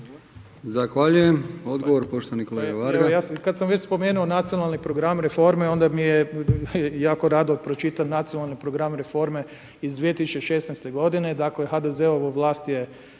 Siniša (SDP)** Evo ja sam, kada sam već spomenuo nacionalni program reforme onda mi je jako rado pročitan nacionalni program reforme iz 2016., dakle HDZ-ova vlast je